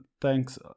thanks